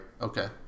Okay